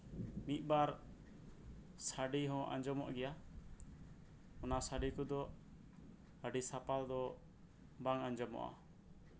ᱢᱤᱫ ᱵᱟᱨ ᱥᱟᱰᱮ ᱦᱚᱸ ᱟᱸᱡᱚᱢᱚᱜ ᱜᱮᱭᱟ ᱚᱱᱟ ᱥᱟᱰᱮ ᱠᱚᱫᱚ ᱟᱹᱰᱤ ᱥᱟᱯᱷᱟ ᱫᱚ ᱵᱟᱝ ᱟᱸᱡᱚᱢᱚᱜᱼᱟ